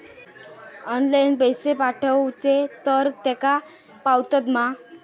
Online पैसे पाठवचे तर तेका पावतत मा?